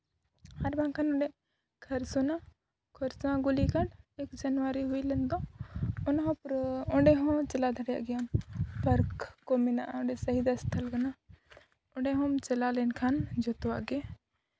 ᱟᱨ ᱵᱟᱝᱠᱷᱟᱱ ᱚᱸᱰᱮ ᱠᱷᱟᱹᱨᱥᱚᱱᱟ ᱠᱷᱟᱹᱨᱥᱚᱣᱟ ᱜᱩᱞᱤ ᱠᱟᱱᱰ ᱮᱹᱠ ᱡᱟᱱᱩᱣᱟᱨᱤ ᱨᱮ ᱦᱩᱭ ᱞᱮᱱ ᱫᱚ ᱚᱱᱟ ᱦᱚᱸ ᱯᱩᱨᱟᱹ ᱚᱸᱰᱮ ᱦᱚᱸ ᱪᱟᱞᱟᱣ ᱫᱟᱲᱮᱭᱟᱜ ᱜᱮᱭᱟᱢ ᱯᱟᱨᱠ ᱠᱚ ᱢᱮᱱᱟᱜᱼᱟ ᱚᱸᱰᱮ ᱥᱚᱦᱤᱫᱽ ᱥᱛᱷᱟᱱ ᱠᱟᱱᱟ ᱚᱸᱰᱮ ᱦᱚᱸᱢ ᱪᱟᱞᱟᱣ ᱞᱮᱱᱠᱷᱟᱱ ᱡᱚᱛᱚᱣᱟᱜ ᱜᱮ